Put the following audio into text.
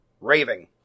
raving